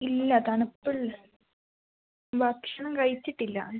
ഇല്ല തണുപ്പുള്ള ഭക്ഷണം കഴിച്ചിട്ടില്ല